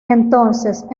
entonces